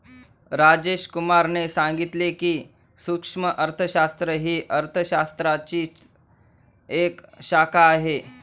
राजेश कुमार ने सांगितले की, सूक्ष्म अर्थशास्त्र ही अर्थशास्त्राचीच एक शाखा आहे